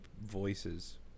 voices